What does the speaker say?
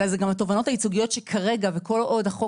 אלא זה גם התובענות הייצוגיות שכרגע וכל עוד החוק